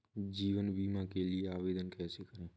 जीवन बीमा के लिए आवेदन कैसे करें?